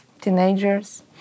teenagers